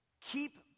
keep